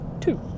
two